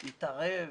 מתערב,